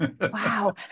Wow